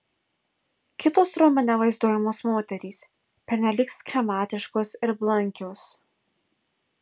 kitos romane vaizduojamos moterys pernelyg schematiškos ir blankios